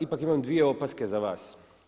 Ipak imam dvije opaske za vas.